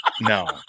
no